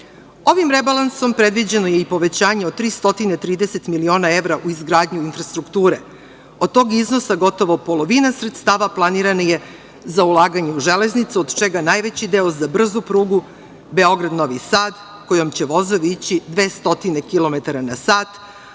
rebalansom predviđeno je i povećanje od 330 miliona evra u izgradnju infrastrukture. Od tog iznosa gotovo polovina sredstava planirana je za ulaganje u železnicu od čega najveći deo za brzu prugu Beograd – Novi Sad, kojom će vozovi ići 200 km na sat,